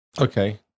okay